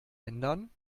ändern